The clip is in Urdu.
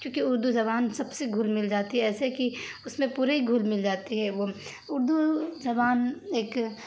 کیونکہ اردو زبان سب سے گھل مل جاتی ہے ایسے کہ اس میں پورے ہی گھل مل جاتی ہے وہ اردو زبان ایک